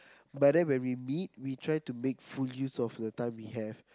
but then when we meet we try to make full use of the time we have